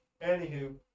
anywho